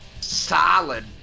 solid